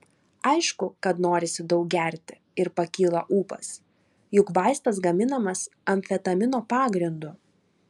aišku kad norisi daug gerti ir pakyla ūpas juk vaistas gaminamas amfetamino pagrindu